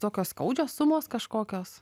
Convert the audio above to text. tokios skaudžios sumos kažkokios